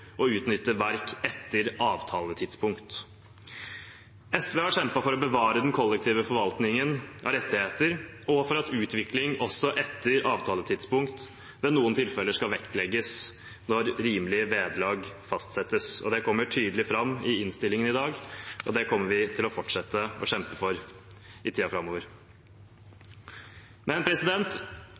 å utnytte verk etter avtaletidspunkt. SV har kjempet for å bevare den kollektive forvaltningen av rettigheter og for at utvikling også etter avtaletidspunkt ved noen tilfeller skal vektlegges når rimelig vederlag fastsettes. Det kommer tydelig fram i innstillingen i dag, og det kommer vi til å fortsette å kjempe for i tiden framover. Men